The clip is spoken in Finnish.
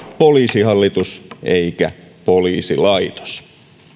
poliisihallitus eikä poliisilaitos